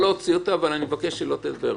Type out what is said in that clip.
לא להוציא אותה, אבל אני מבקש שהיא לא תדבר.